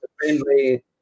friendly